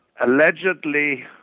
allegedly